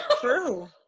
True